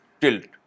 tilt